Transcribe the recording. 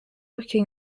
working